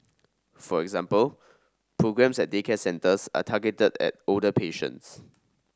for example programmes at daycare centres are targeted at older patients